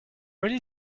really